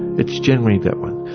it's generally that one.